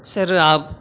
سر آپ